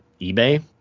eBay